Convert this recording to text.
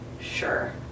sure